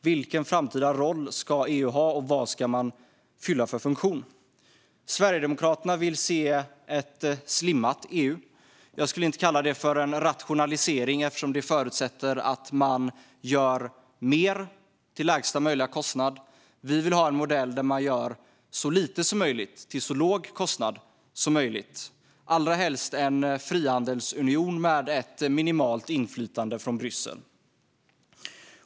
Vilken roll ska EU ha i framtiden? Och vilken funktion ska EU fylla? Sverigedemokraterna vill se ett slimmat EU. Jag skulle inte kalla det för en rationalisering, eftersom det förutsätter att man gör mer till lägsta möjliga kostnad. Vi vill ha en modell där man gör så lite som möjligt till så låg kostnad så möjligt. Det ska allra helst vara en frihandelsunion med minimalt inflytande från Bryssel.